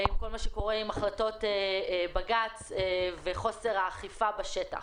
עם כל מה שקורה עם החלטות בג"ץ וחוסר האכיפה בשטח.